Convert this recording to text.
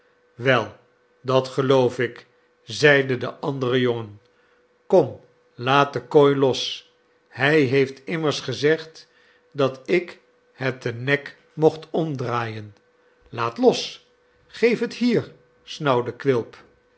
wei dat geloof ik zeide de andere jongen kom laat de kooi los i hij heeft immers gezegd dat ik het den nek mocht omdraaien laat los geef het hier snauwde quilp